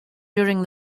during